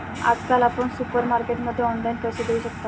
आजकाल आपण सुपरमार्केटमध्ये ऑनलाईन पैसे देऊ शकता